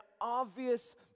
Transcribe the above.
obvious